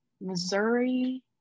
Missouri